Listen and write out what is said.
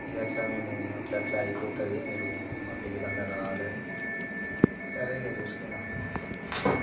ఇక అట్లా మేము అట్లా అట్లా అయిపోతుంది మీరు మా పెళ్ళికి అందరు రావాలి సరే ఇక చుస్కుందాం